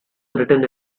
written